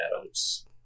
Adams